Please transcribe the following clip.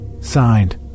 Signed